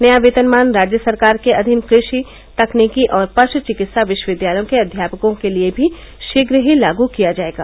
नया वेतनमान राज्य सरकार के अधीन कृषि तकनीकी और पशु चिकित्सा विश्वविद्यालयों के अध्यापकों के लिये भी शीघ्र ही लागू किया जाएगा